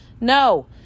No